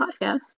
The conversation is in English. podcast